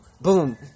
boom